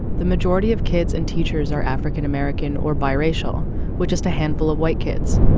the majority of kids and teachers are african-american or bi-racial with just a handful of white kids.